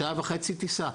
שעה וחצי טיסה,